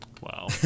Wow